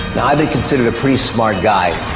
now i've been considered a pretty smart guy